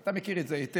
אתה מכיר את זה היטב.